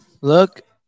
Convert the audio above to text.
Look